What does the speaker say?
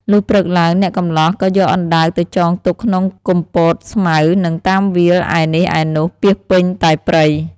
លុះព្រឹកឡើង អ្នកកម្លោះក៏យកអណ្ដើកទៅចងទុកក្នុងគុម្ពោតស្មៅនិងតាមវាលឯនេះឯនោះពាសពេញតែព្រៃ។